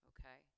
Okay